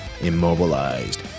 immobilized